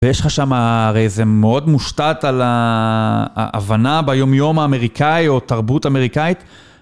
ויש לך שם הרי זה מאוד מושתת על ההבנה ביומיום האמריקאי או תרבות אמריקאית.